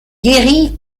guérie